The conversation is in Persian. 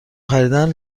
خریدن